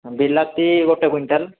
ବିଲାତି ଗୋଟେ କୁଇଣ୍ଟାଲ୍